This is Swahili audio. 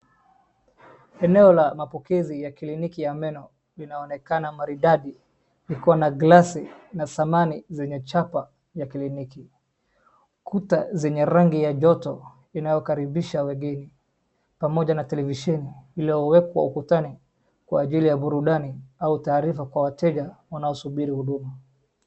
Eneo la mapokezi ya kliniki ya meno linaonekana maridadi, likiwa na glasi na samani zenye chapa ya kliniki. Kuta zenye rangi ya joto inayokaribisha wageni pamoja na televisheni iliyowekwa ukutani, kwa ajili ya burudani au taarifa kwa wateja wanaosubiri huduma.